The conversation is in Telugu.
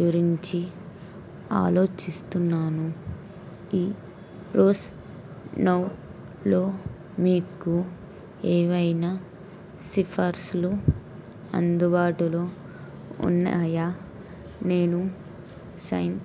గురించి ఆలోచిస్తున్నాను ఈరోస్ నౌలో మీకు ఏవైనా సిఫార్సులు అందుబాటులో ఉన్నాయా నేను సైన్స్